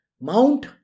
mount